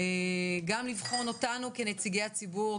גם לבחון אותנו כנציגי הציבור,